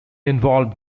involve